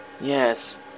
Yes